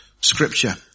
scripture